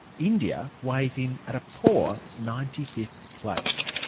india weighs in at a poor ninety fifth place.